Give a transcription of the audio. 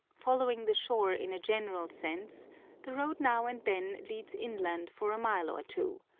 following the shore in a general sense the road now and then leads inland for a mile or two,